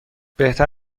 بهتر